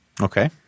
Okay